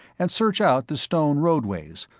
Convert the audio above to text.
and search out the stone roadways,